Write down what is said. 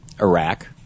Iraq